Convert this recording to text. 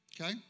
okay